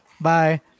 Bye